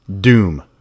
Doom